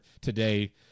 today